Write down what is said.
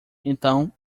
então